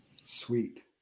Sweet